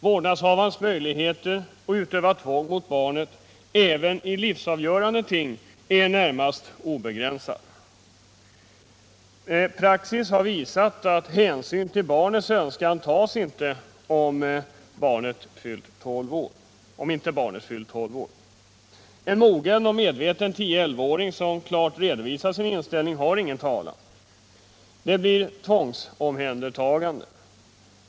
Vårdnadshavarens möjligheter att utöva tvång mot barnet — även i livsavgörande ting — är närmast obegränsade. Praxis har visat att hänsyn till barnets önskan inte tas om inte barnet fyllt 12 år. En mogen och medveten tio-elvaåring, som klart redovisar sin inställ ning, har ingen talan; det blir tvångsomhändertagande.